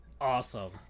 Awesome